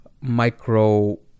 micro